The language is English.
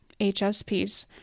HSPs